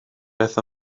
beth